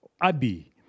Abi